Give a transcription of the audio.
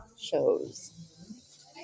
shows